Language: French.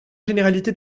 généralité